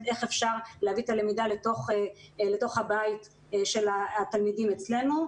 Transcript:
איך אפשר להביא את הלמידה לתוך הבית של התלמידים אצלנו.